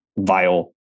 vile